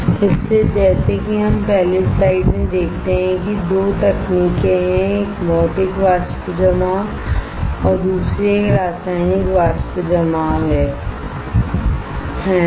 इसलिए जैसे कि हम पहली स्लाइड में देखते हैं कि 2 तकनीकें हैं एक भौतिक वाष्प जमाव है और दूसरी एक रासायनिक वाष्प जमाव है है ना